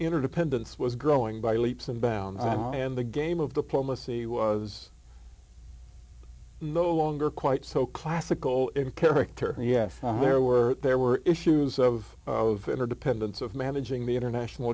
interdependence was growing by leaps and bounds in the game of diplomacy was no longer quite so classical character yes there were there were issues of of interdependence of managing the international